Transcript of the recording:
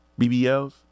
BBLs